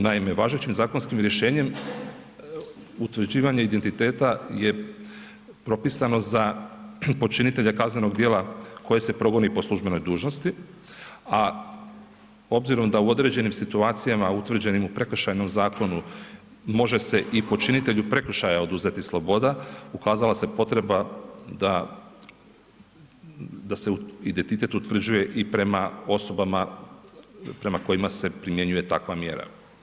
Naime, važećim zakonskim rješenjem utvrđivanje identiteta je propisano za počinitelja kaznenog djela koji se progoni po službenoj dužnosti, a obzirom da u određenim situacijama utvrđenim u Prekršajnom zakonu može se i počinitelju prekršaja oduzeti sloboda, ukazala se potreba da, da se identitet utvrđuje i prema osobama prema kojima se primjenjuje takva mjera.